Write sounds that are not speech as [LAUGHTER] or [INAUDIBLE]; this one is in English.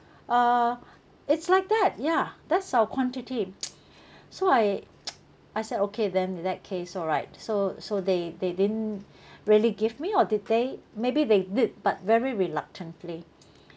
uh it's like that yeah that's our quantity [NOISE] so I [NOISE] I said okay then in that case alright so so they they didn't [BREATH] really give me or did they maybe they did but very reluctantly [BREATH]